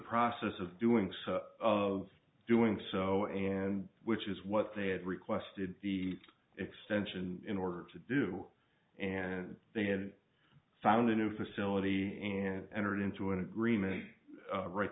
process of doing so of doing so and which is what they had requested the extension in order to do and they have found a new facility and entered into an agreement right